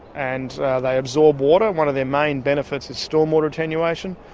and they absorb water. one of their main benefits is stormwater attenuation.